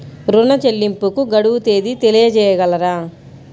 ఋణ చెల్లింపుకు గడువు తేదీ తెలియచేయగలరా?